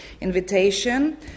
invitation